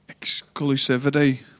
Exclusivity